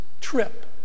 trip